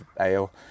ale